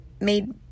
made